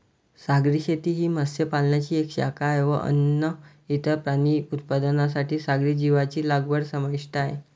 सागरी शेती ही मत्स्य पालनाची एक शाखा आहे व अन्न, इतर प्राणी उत्पादनांसाठी सागरी जीवांची लागवड समाविष्ट आहे